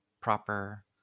proper